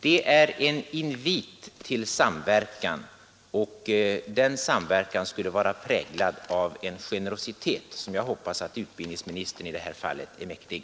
Detta är en invit till samverkan, en samverkan som skulle vara präglad av en generositet som jag hoppas att utbildningsministern i det här fallet är mäktig.